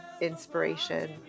inspiration